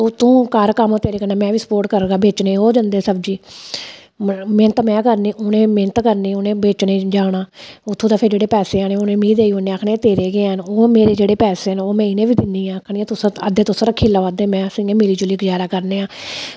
ओह् तूं घर कम्म तेरे कन्नै में बी स्पोर्ट करगा बेचने ई में जाह्गा सब्ज़ी मैह्नत करनी मैह्नत उनें करनी बेचने ई जाना उत्थां उनें पैसे आह्नने ते ओह् मिगी देई ओड़ने ते आक्खना एह् तेरे गै न ते में आक्खनी अद्धे तुस रक्खी लैओ अद्धे में इंया मिली जुली गुज़ारा करने आं